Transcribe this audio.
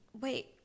wait